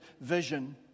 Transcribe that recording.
vision